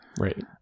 right